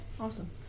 Awesome